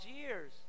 years